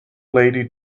lady